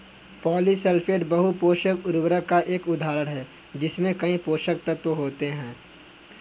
polysulphate बहु पोषक उर्वरक का एक उदाहरण है जिसमें कई पोषक तत्व होते हैं